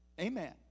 amen